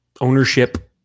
ownership